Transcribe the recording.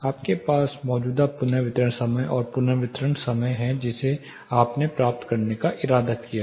आपके पास मौजूदा पुनर्वितरण समय और पुनर्वितरण समय है जिसे आपने प्राप्त करने का इरादा किया है